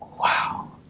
Wow